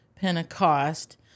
Pentecost